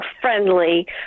friendly